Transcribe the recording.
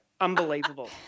Unbelievable